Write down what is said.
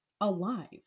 alive